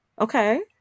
okay